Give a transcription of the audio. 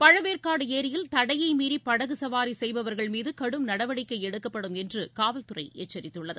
பழவேற்காடு ஏரியில் தடையை மீறி படகு சவாரி செய்பவர்கள் மீது கடும் நடவடிக்கை எடுக்கப்படும் என்று காவல்துறை எச்சரித்துள்ளது